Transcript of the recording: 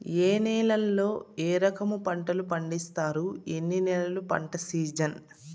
ఏ నేలల్లో ఏ రకము పంటలు పండిస్తారు, ఎన్ని నెలలు పంట సిజన్?